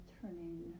turning